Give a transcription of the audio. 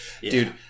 Dude